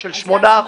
אתן לך דקה.